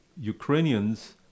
Ukrainians